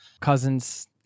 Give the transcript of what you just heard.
Cousins